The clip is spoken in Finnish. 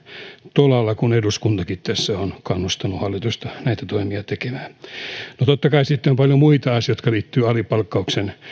tolalla kun eduskuntakin tässä on kannustanut hallitusta näitä toimia tekemään no totta kai sitten on paljon muita asioita jotka liittyvät alipalkkauksen